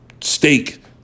steak